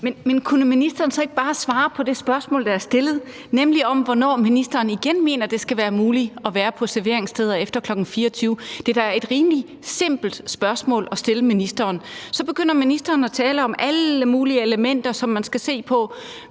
Men kunne ministeren så ikke bare svare på det spørgsmål, der er stillet, nemlig hvornår ministeren mener det igen skal være muligt at være på serveringssteder efter kl. 24? Det er da et rimelig simpelt spørgsmål at stille ministeren. Så begynder ministeren at tale om alle mulige elementer, som man skal se på.